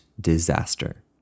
disaster